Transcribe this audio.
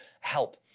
help